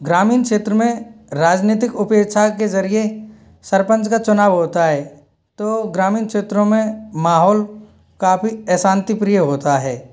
ग्रामीण क्षेत्र में राजनीतिक उपेक्षा के जरिए सरपंच का चुनाव होता है तो ग्रामीण क्षेत्रों में माहौल काफ़ी अशांति प्रिय होता है